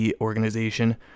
organization